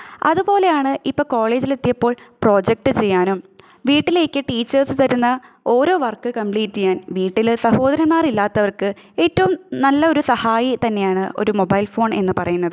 അതുപോലെയാണ് ഇപ്പം കോളേജിൽ എത്തിയപ്പോൾ പ്രൊജക്റ്റ് ചെയ്യാനും വീട്ടിലേക്ക് ടീച്ചേഴ്സ് തരുന്ന ഓരോ വർക്ക് കമ്പ്ലീറ്റ് ചെയ്യാൻ വീട്ടിൽ സഹോദരന്മാർ ഇല്ലാത്തവർക്ക് ഏറ്റവും നല്ലൊരു സഹായി തന്നെയാണ് ഒരു മൊബൈൽ ഫോൺ എന്ന് പറയുന്നത്